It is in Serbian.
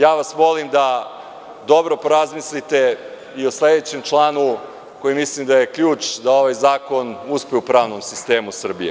Molim vas da dobro razmislite i o sledećem članu, koji mislim da je ključ da ovaj zakon uspe u pravnom sistemu Srbije.